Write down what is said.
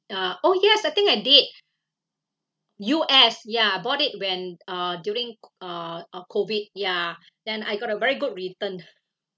uh oh yes I think I did U_S ya bought it when uh during uh uh COVID ya then I got a very good return ah